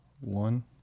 one